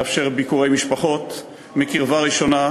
לאפשר ביקורי משפחות מקרבה ראשונה,